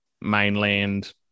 mainland